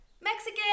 Mexican